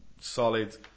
solid